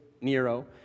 Nero